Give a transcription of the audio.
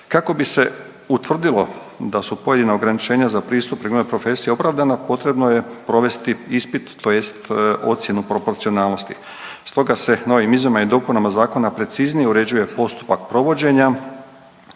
Kako bi se utvrdilo da su pojedina ograničenja za pristup primarnoj profesiji opravdana potrebno je provesti ispit tj. ocjenu proporcionalnosti. Stoga se novim izmjenama i dopunama zakona preciznije uređuje postupak provođenja